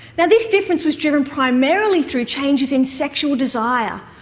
yeah this difference was driven primarily through changes in sexual desire,